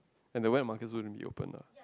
and the wet market is gonna be open lah